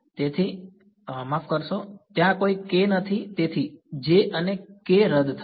તેથી મને માફ કરશો કે ત્યાં કોઈ k નથી તેથી અને રદ થશે